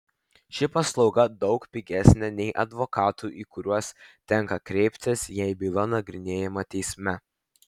ši paslauga daug pigesnė nei advokatų į kuriuos tenka kreiptis jei byla nagrinėjama teisme